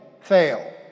fail